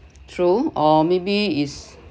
true or maybe is